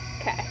Okay